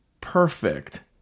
perfect